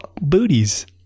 booties